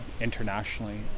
internationally